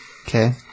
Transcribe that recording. Okay